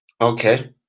Okay